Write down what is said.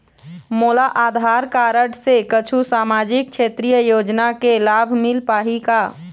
मोला आधार कारड से कुछू सामाजिक क्षेत्रीय योजना के लाभ मिल पाही का?